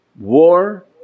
War